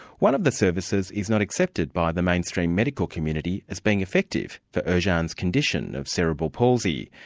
one of the services is not accepted by the mainstream medical community as being effective for ercan's condition of cerebral palsy,